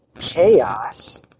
chaos